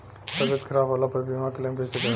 तबियत खराब होला पर बीमा क्लेम कैसे करम?